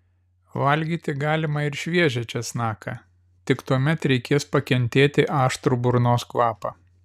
valgyti galima ir šviežią česnaką tik tuomet reikės pakentėti aštrų burnos kvapą